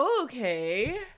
Okay